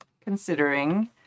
considering